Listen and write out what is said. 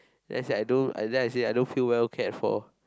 let's say I do after that I say I don't well kept for